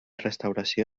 restauració